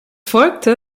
folgte